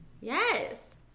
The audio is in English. yes